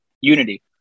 unity